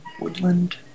Woodland